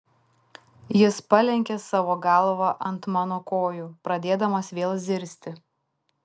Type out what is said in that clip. jis palenkė savo galvą ant mano kojų pradėdamas vėl zirzti